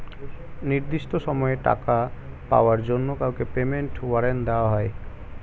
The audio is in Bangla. নির্দিষ্ট সময়ে টাকা পাওয়ার জন্য কাউকে পেমেন্ট ওয়ারেন্ট দেওয়া হয়